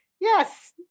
Yes